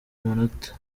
amanota